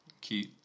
cute